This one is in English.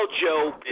Joe